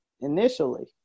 initially